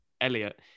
Elliot